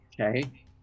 Okay